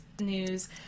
news